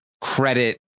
credit